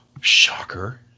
Shocker